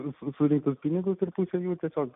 visų surinktų pinigų tarpusavio tiesiog